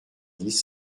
dix